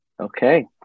Okay